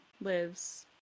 lives